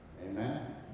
Amen